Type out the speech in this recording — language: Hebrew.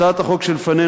הצעת החוק שלפנינו,